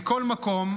מכל מקום,